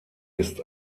ist